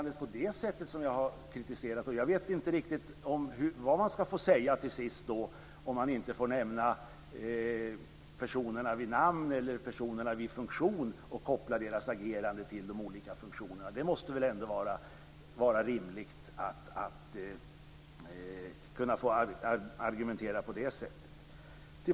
Det är det agerandet som jag har kritiserat. Jag vet inte riktigt vad man ska få säga till sist, om man inte får nämna personerna vid namn eller vid funktion och koppla deras agerande till de olika funktionerna. Det måste väl ändå vara rimligt att få argumentera på det sättet?